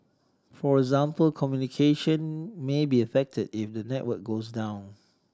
for example communication may be affected if the network goes down